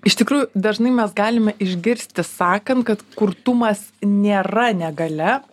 iš tikrųjų dažnai mes galime išgirsti sakant kad kurtumas nėra negalia